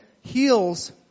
heals